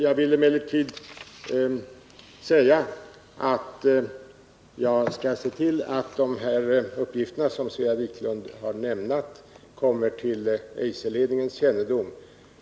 Jag vill emellertid säga att jag skall se till att de uppgifter som Svea Wiklund har lämnat kommer till Eiserledningens kännedom.